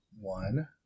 one